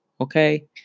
Okay